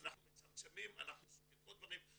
אנחנו מצמצמים עוד דברים,